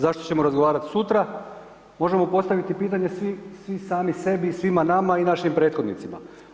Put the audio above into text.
Zašto ćemo razgovarati sutra, možemo postaviti pitanje svi sami sebi i svima nama i našim prethodnicima.